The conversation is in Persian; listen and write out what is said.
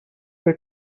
فکر